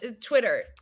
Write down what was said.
Twitter